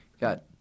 Got